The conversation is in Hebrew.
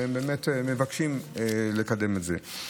ובאמת מבקשים לקדם את זה.